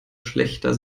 schlächter